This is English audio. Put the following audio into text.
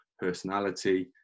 personality